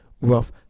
rough